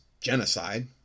genocide